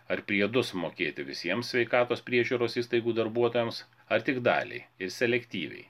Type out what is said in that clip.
ar priedus mokėti visiems sveikatos priežiūros įstaigų darbuotojams ar tik daliai ir selektyviai